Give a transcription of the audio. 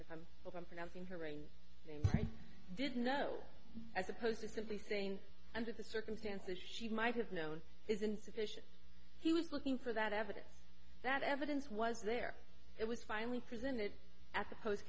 of i'm pronouncing her brain didn't know as opposed to simply saying under the circumstances she might have known is insufficient he was looking for that evidence that evidence was there it was finally presented at the post